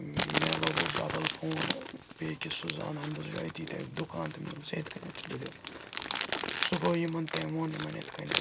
مےٚ لگو بَدل فون بیٚکِس سُہ زانہن بہٕ سُہ چھُ اَتی تَتہِ دُکان تٔمِس دوٚپمَس ہیے یِتھ کٔنٮ۪تھ چھِ دٔلیٖل سُہ گوٚو یِمَن تٔمۍ ووٚن یِمَن اِتھ کٔنٮ۪تھ